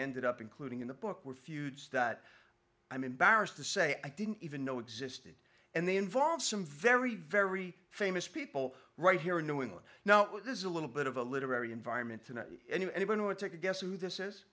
ended up including in the book were feuds that i'm embarrassed to say i didn't even know existed and they involve some very very famous people right here in new england now this is a little bit of a literary environment to anyone anyone would take a guess who this is